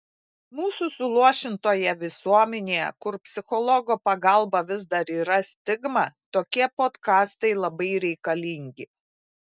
mūsų suluošintoje visuomenėje kur psichologo pagalba vis dar yra stigma tokie podkastai labai reikalingi